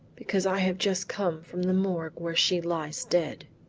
because i have just come from the morgue where she lies dead.